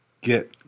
get